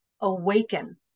awaken